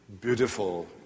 beautiful